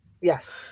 Yes